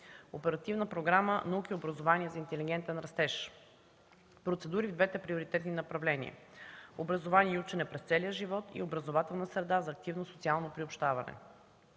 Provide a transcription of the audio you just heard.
Оперативна програма „Наука и образование за интелигентен растеж” – процедури в двете приоритетни направления: „Образование и учене през целия живот” и „Образователна среда за активно социално приобщаване”;